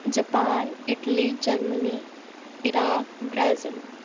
Japan Italy Germany Iraq Brazil